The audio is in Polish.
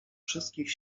wszystkich